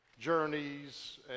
journeys